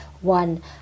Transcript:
One